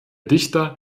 dichter